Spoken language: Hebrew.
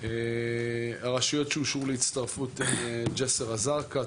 הרשויות שאושרו להצטרפות הן ג'סר א-זרקא,